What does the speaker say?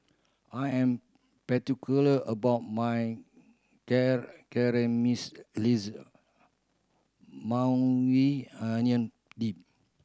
I am particular about my Maui Onion Dip